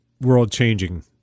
world-changing